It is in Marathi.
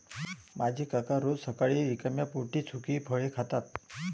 माझे काका रोज सकाळी रिकाम्या पोटी सुकी फळे खातात